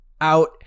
out